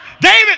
David